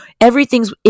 Everything's